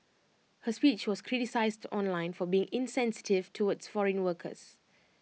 her speech was criticised online for being insensitive towards foreign workers